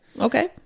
okay